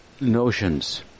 notions